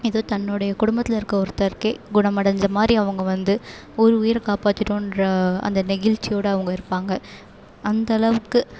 எதோ தன்னோடைய குடும்பத்தில் இருக்க ஒருத்தருக்கே குணமடைஞ்ச மாதிரி அவங்க வந்து ஒரு உயிரை காப்பாத்திட்டோன்ற அந்த நெகிழ்ச்சியோட அவங்க இருப்பாங்க அந்தளவுக்கு